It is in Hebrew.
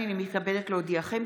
הינני מתכבדת להודיעכם,